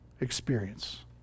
experience